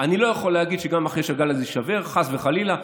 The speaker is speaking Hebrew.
לצערי,